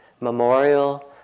memorial